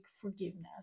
forgiveness